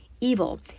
evil